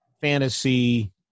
fantasy